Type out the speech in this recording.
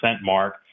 mark